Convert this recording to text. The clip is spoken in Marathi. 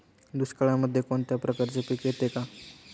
दुष्काळामध्ये कोणत्या प्रकारचे पीक येते का?